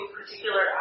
particular